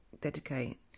dedicate